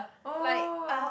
oh